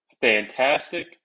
fantastic